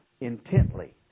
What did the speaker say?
intently